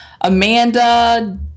Amanda